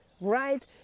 right